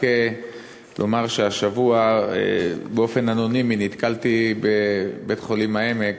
רק לומר שהשבוע באופן אנונימי נתקלתי בבית-חולים "העמק"